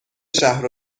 شهر